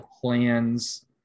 plans